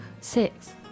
Six